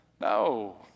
no